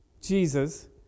Jesus